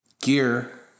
Gear